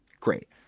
Great